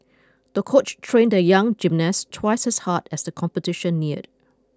the coach trained the young gymnast twice as hard as the competition neared